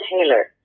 Taylor